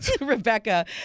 Rebecca